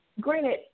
granted